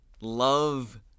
love